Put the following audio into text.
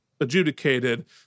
adjudicated